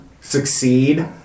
succeed